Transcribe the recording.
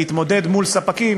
להתמודד מול ספקים